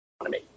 economy